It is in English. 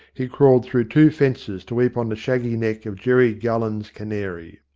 he crawled through two fences to weep on the shaggy neck of jerry gullen's canary.